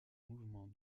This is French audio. mouvement